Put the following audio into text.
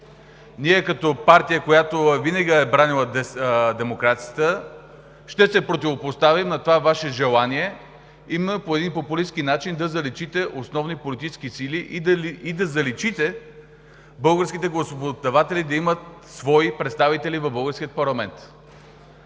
Ние като партия, която винаги е бранила демокрацията, ще се противопоставим на това Ваше желание именно по един популистки начин да заличите основни политически сили, да заличите българските гласоподаватели да имат свои представители в българския парламент.